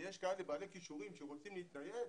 ויש כאלה בעלי כישורים שרוצים להתנייד,